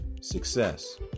success